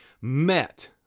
met